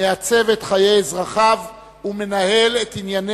היום מציינת הכנסת את היום